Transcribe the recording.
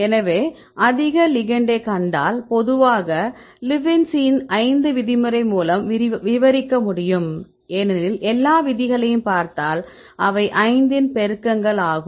எனவே அதிக லிகெெண்டைக் கண்டால் பொதுவாக லிபின்சியின்Lipinsi's 5 விதிமுறை மூலம் விவரிக்க முடியும் ஏனெனில் எல்லா விதிகளையும் பார்த்தால் அவை 5 இன் பெருக்கங்கள் ஆகும்